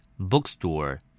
Bookstore